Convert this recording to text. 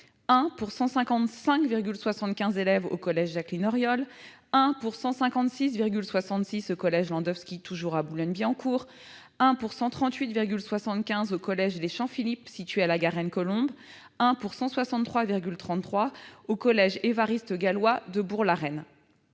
1 pour 155,75 au collège Jacqueline-Auriol et 1 pour 156,66 au collège Landowski, à Boulogne-Billancourt ; 1 pour 138,75 au collège Les Champs-Philippe, situé à La Garenne-Colombes ; 1 pour 163,33 au collège Évariste-Galois de Bourg-la-Reine.